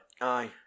Aye